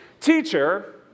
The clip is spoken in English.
teacher